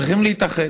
צריכים להתאחד.